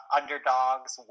underdogs